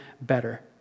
better